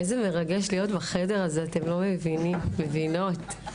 איזה מרגש להיות הזה, אתם לא מבינים ומבינות.